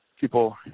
people